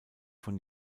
von